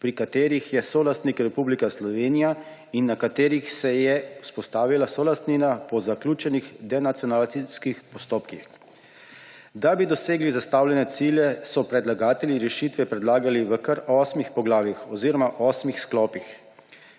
pri katerih je solastnik Republika Slovenija in na katerih se je vzpostavila solastnina po zaključenih denacionalizacijskih postopkih. Da bi dosegli zastavljene cilje, so predlagatelji rešitve predlagali v kar osmih poglavjih oziroma osmih sklopih.